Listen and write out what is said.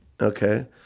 Okay